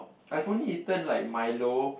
I've only eaten like Milo